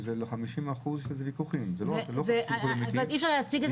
שזה 50% --- אבל אי-אפשר להציג את